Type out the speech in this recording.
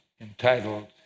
entitled